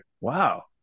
wow